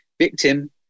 victim